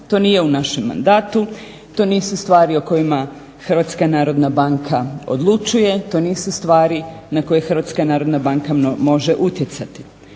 To nije u našem mandatu, to nisu stvari o kojima HNB odlučuje, to nisu stvari na koje HNB može utjecati.